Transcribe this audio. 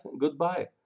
goodbye